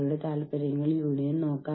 അതിനാൽ നമുക്ക് ഇവിടെ നോക്കാം